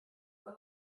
weil